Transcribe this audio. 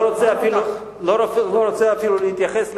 אני לא רוצה אפילו להתייחס להערה,